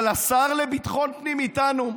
אבל השר לביטחון פנים איתנו.